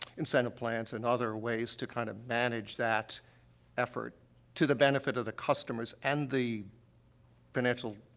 incentive plans and other ways to kind of manage that effort to the benefit of the customers and the financial,